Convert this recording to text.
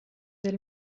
del